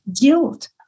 guilt